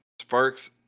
sparks